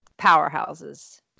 powerhouses